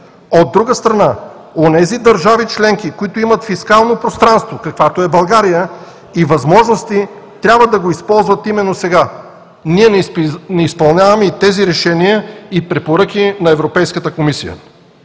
От друга страна, онези държави членки, които имат фискално пространство и възможности, каквато е България, трябва да го използват именно сега“. Ние не изпълняваме тези решения и препоръки на Европейската комисия.